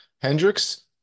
Hendricks